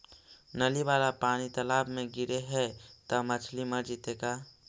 नली वाला पानी तालाव मे गिरे है त मछली मर जितै का?